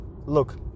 Look